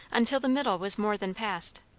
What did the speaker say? until the middle was more than past.